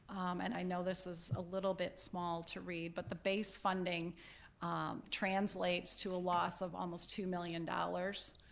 and i know this is a little bit small to read, but the base funding translates to a loss of almost two million dollars,